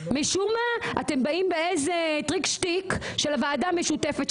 משום מה אתם באים באיזה טריק שטיק של הוועדה המשותפת,